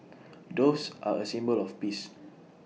doves are A symbol of peace